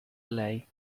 lei